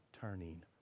turning